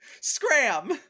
Scram